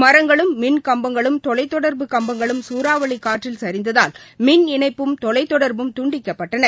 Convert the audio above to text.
மரங்களும் மின்கம்பங்களும் தொலைதொடர்பு கம்பங்களும் சூறாவளி காற்றில் சரிந்ததால் மின்இணைப்பும் தொலைதொடர்பும் துண்டிக்கப்பட்டன